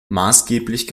maßgeblich